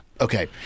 Okay